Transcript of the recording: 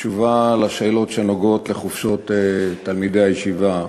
בתשובה על השאלות שנוגעות לחופשות תלמידי הישיבה,